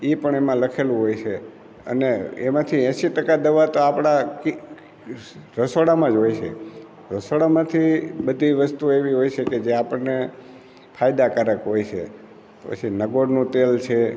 એ પણ એમાં લખેલું હોય છે અને એમાંથી એંસી ટકા દવા તો આપણાં કી રસોડામાં જ હોય છે રસોડામાંથી બધી વસ્તુ એવી હોય છે કે જે આપણને ફાયદાકારક હોય છે પછી નગોળનું તેલ છે